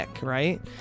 right